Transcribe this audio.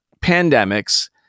pandemics